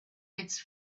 its